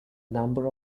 number